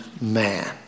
man